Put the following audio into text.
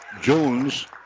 Jones